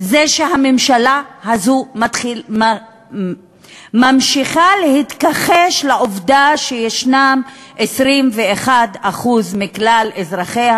שהממשלה הזאת ממשיכה להתכחש לעובדה שיש 21% מכלל אזרחיה